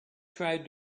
tried